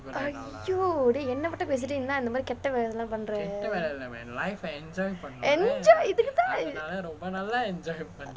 !aiyo! dey என்னை மட்டும் பேசிட்டு என்ன இந்த மாதிரி கெட்ட வேலை எல்லாம் பண்ற:ennai mattum pesittu enna intha maathiro keta velai ellam pandra enjoy இதுக்கு தான்:ithukku thaan